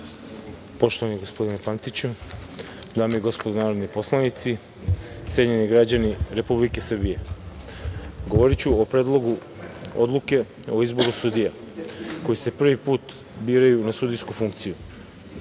gospodine Pantiću, dame i gospodo narodni poslanici, cenjeni građani Republike Srbije, govoriću o Predlogu odluke o izboru sudija koji se prvi put biraju na sudijsku funkciju. Visoki